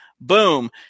boom